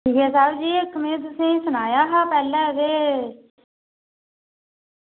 PA साहब जी इक्क में तुसेंगी सुनाया हा पैह्लें ते